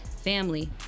family